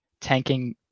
tanking